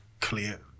clear